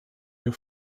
you